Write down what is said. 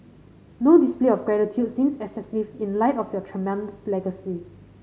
no display of gratitude seems excessive in light of your tremendous legacy